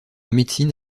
médecine